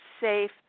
safe